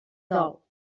dol